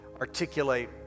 articulate